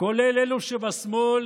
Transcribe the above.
כולל אלו שבשמאל,